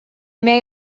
may